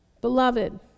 Beloved